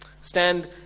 Stand